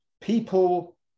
people